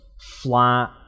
flat